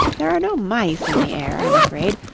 there are no mice in the air, i'm afraid,